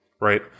Right